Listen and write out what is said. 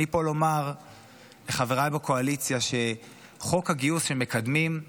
אני פה לומר לחבריי בקואליציה שחוק הגיוס שמקדמים הוא